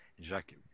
Jacques